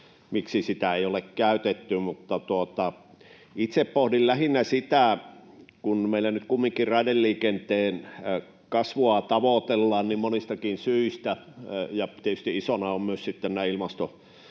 miksi sitä ei ole käytetty. Mutta itse pohdin lähinnä sitä, että meillä nyt kumminkin raideliikenteen kasvua tavoitellaan monistakin syistä ja tietysti isona on myös nämä